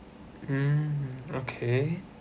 mm okay